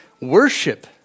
worship